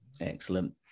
Excellent